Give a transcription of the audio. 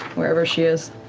wherever she is.